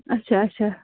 اَچھا اَچھا